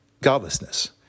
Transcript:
godlessness